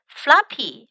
floppy